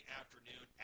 afternoon